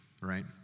Right